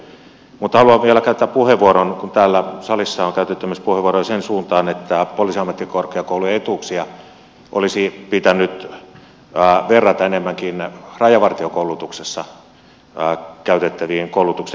mutta haluan vielä käyttää puheenvuoron kun täällä salissa on käytetty puheenvuoroja myös siihen suuntaan että poliisiammattikorkeakoulun etuuksia olisi pitänyt verrata enemmänkin rajavartiokoulutuksessa käytettäviin koulutuksen etuuksiin